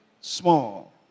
small